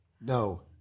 No